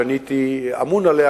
שאני הייתי אמון עליה,